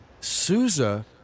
Souza